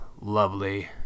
lovely